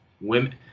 women